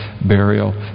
burial